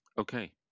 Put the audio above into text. Okay